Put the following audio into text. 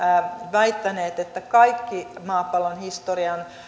väittäneet että kaikki maapallon historian